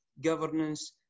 governance